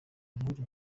nkuru